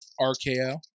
RKO